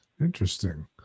Interesting